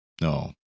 No